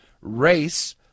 race